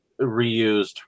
reused